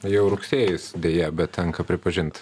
jau rugsėjis deja bet tenka pripažint